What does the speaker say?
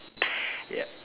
yup